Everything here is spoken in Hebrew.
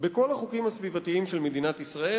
בכל החוקים הסביבתיים של מדינת ישראל,